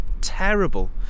terrible